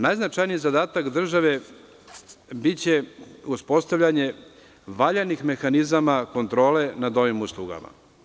Najznačajniji zadatak države biće uspostavljanje valjanih mehanizama kontrole nad ovim uslugama.